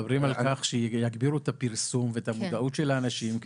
מדברים על כך שיגבירו את הפרסום ואת המודעות של האנשים.